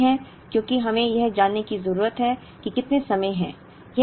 जवाब नहीं है क्योंकि हमें यह जानने की जरूरत है कि कितने समय हैं